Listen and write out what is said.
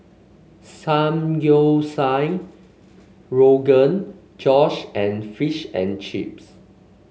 Samgyeopsal Rogan Josh and Fish and Chips